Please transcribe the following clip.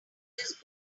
just